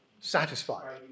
satisfied